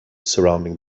surrounding